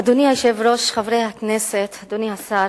אדוני היושב-ראש, חברי הכנסת, אדוני השר,